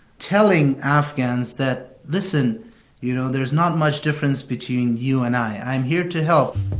telling afghans that, listen you know, there's not much difference between you and i i'm here to help